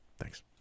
Thanks